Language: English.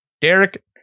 Derek